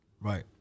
Right